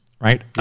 right